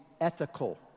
ethical